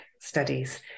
studies